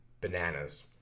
bananas